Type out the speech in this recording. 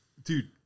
Dude